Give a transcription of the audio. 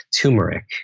Turmeric